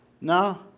no